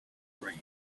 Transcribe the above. brain